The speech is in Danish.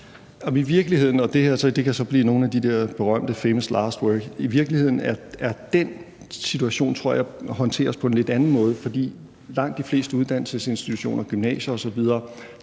I virkeligheden tror jeg – og det kan så blive nogle af de der berømte famous last words – at den situation håndteres på en lidt anden måde, for på langt de fleste uddannelsesinstitutioner, gymnasier osv.,